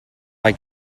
mae